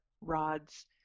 rods